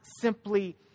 simply